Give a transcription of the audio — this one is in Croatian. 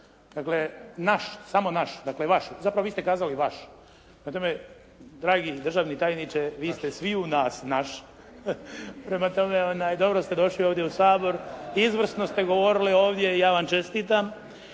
Dakle, naš, samo naš, dakle vaš. Zapravo, vi ste kazali vaš. Dragi državni tajniče, vi ste sviju nas naš. Prema tome, dobro ste došli ovdje u Sabor. Izvrsno ste govorili ovdje, ja vam čestitam.